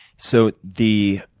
so the